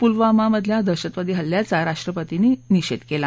पुलवामामधल्या दहशतवादी हल्ल्याचा राष्ट्रपतींनी निषेध केला